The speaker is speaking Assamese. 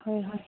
হয় হয়